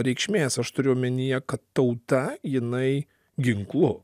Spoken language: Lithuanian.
reikšmės aš turiu omenyje kad tauta jinai ginklu